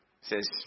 says